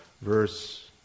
Verse